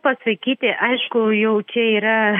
pasakyti aišku jau čia yra